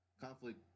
conflict